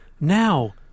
Now